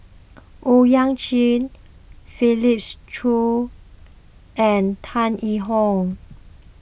Owyang Chi Felix Cheong and Tan Yee Hong